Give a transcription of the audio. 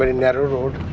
but and narrow road.